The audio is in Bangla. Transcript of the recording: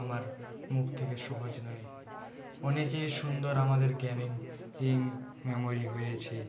আমার মুখ থেকে সহজ নয় অনেকই সুন্দর আমাদের গেমের এই মেমরি হয়েছে